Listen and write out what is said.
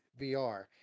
vr